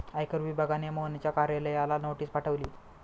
आयकर विभागाने मोहनच्या कार्यालयाला नोटीस पाठवली